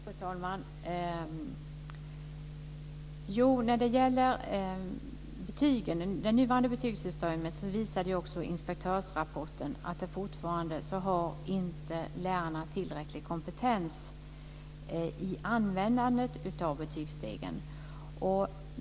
Fru talman! När det gäller det nuvarande betygssystemet visade inspektörsrapporten att lärarna fortfarande inte har tillräcklig kompetens när det gäller användandet av betygsstegen.